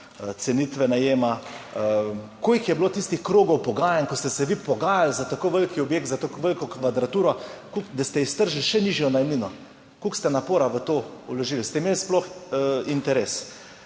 Cenitve najema? Koliko je bilo tistih krogov pogajanj, ko ste se vi pogajali za tako velik objekt, za tako veliko kvadraturo, da ste iztržili še nižjo najemnino. Koliko ste napora v to vložili? Ste imeli sploh interes.